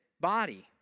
body